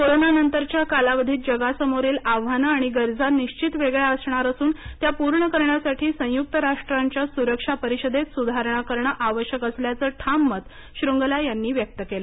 corona नंतरच्या कालावधीत जगासमोरील आव्हानं आणि गरजा निश्चितच वेगळ्या असणार असून त्या पूर्ण करण्यासाठी संयुक्त राष्ट्रांच्या सुरक्षा परिषदेत सुधारणा करणं आवश्यक असल्याचं ठाम मत श्रुंगला यांनी व्यक्त केलं